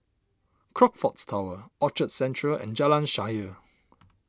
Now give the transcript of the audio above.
Crockfords Tower Orchard Central and Jalan Shaer